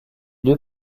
deux